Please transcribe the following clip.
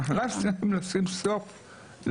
אנחנו צריכים לשים stop לניצול